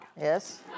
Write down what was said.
Yes